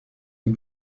die